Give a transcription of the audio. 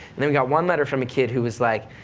then we got one letter from a kid, who was like,